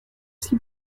six